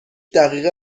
دقیقه